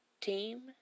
team